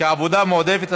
כעבודה מועדפת),